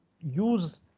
use